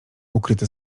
ukryte